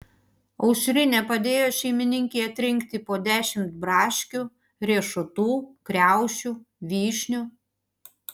aušrinė padėjo šeimininkei atrinkti po dešimt braškių riešutų kriaušių vyšnių